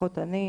לפחות אני,